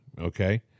okay